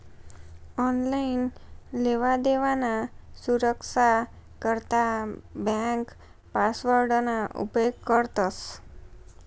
online लेवादेवाना सुरक्सा करता ब्यांक पासवर्डना उपेग करतंस